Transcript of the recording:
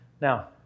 now